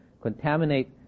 contaminate